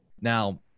Now